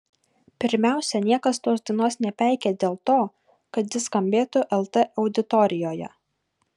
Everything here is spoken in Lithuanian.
pirmiausia niekas tos dainos nepeikė dėl to kad ji skambėtų lt auditorijoje